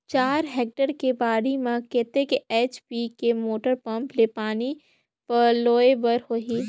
चार हेक्टेयर के बाड़ी म कतेक एच.पी के मोटर पम्म ले पानी पलोय बर होही?